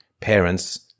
parents